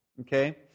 Okay